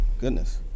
Goodness